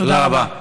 תודה רבה.